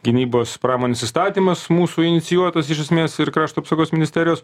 gynybos pramonės įstatymas mūsų inicijuotas iš esmės ir krašto apsaugos ministerijos